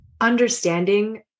understanding